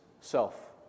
self